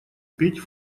петь